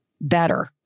better